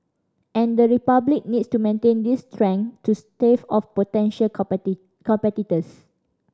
and the Republic needs to maintain these strength to stave off potential competitors